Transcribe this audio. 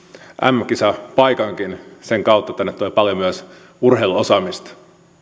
mm kisapaikankin sen kautta tänne tulee paljon myös urheiluosaamista